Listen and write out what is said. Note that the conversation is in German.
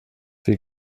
wie